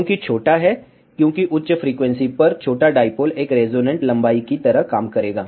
क्यों छोटा है क्योंकि उच्च फ्रीक्वेंसी पर छोटा डाईपोल एक रेजोनेंट लंबाई की तरह काम करेगा